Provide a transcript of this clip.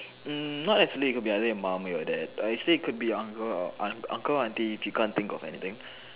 um not necessary could be either your mum or your dad but actually could be your uncle or uncle or auntie if you can't think of anything